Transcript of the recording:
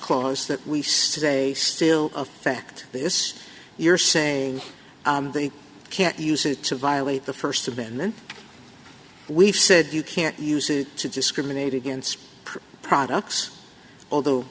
clause that we say still of fact this you're saying they can't use it to violate the first of and then we've said you can't use it to discriminate against products although